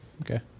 Okay